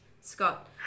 scott